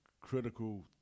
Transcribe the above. critical